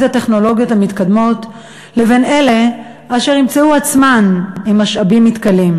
הטכנולוגיות המתקדמות לבין אלה אשר ימצאו את עצמן עם משאבים מתכלים.